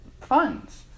funds